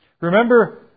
Remember